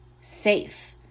safe